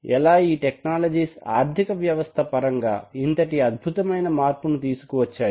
ఎలా ఈ టెక్నాలజీస్ ఆర్దిక వ్యవస్థ పరంగా ఇంతటి అద్భుతమైన మార్పును తీసుకు వచ్చాయో